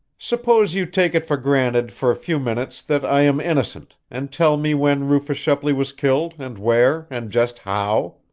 suppose you take it for granted, for a few minutes, that i am innocent, and tell me when rufus shepley was killed, and where, and just how.